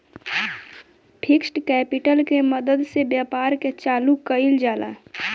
fixed capital के मदद से व्यापार के चालू कईल जाला